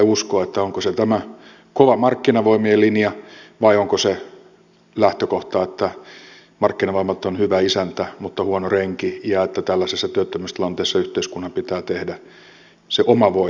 onko se tämä kova markkinavoimien linja vai onko se lähtökohta että markkinavoimat ovat hyvä isäntä mutta huono renki ja että tällaisessa työttömyystilanteessa yhteiskunnan pitää tehdä se oma voitavansa